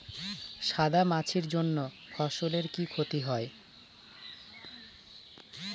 সাদা মাছির জন্য ফসলের কি ক্ষতি হয়?